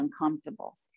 uncomfortable